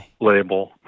label